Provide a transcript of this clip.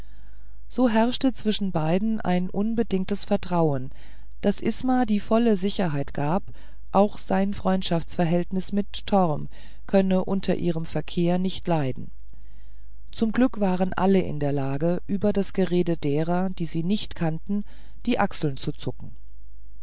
so herrschte zwischen beiden ein unbedingtes vertrauen das isma die volle sicherheit gab auch sein freundschaftsverhältnis mit torm könne unter ihrem verkehr nicht leiden zum glück waren alle in der lage über das gerede derer die sie nicht kannten die achseln zucken